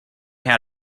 how